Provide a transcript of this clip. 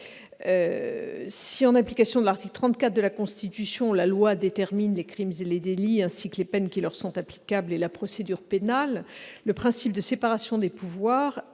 Si, en application de l'article 34 de la Constitution, la loi détermine les crimes et les délits, ainsi que les peines qui leur sont applicables et la procédure pénale, le principe de séparation des pouvoirs